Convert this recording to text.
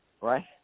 right